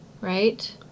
right